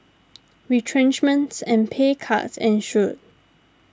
retrenchments and pay cuts ensued